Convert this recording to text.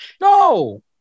no